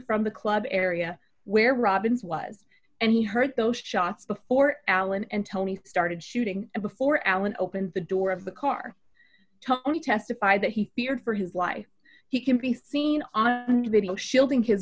from the club area where robbins was and he heard those shots before alan and tony started shooting and before alan opened the door of the car only testified that he feared for his life he can be seen on video shielding his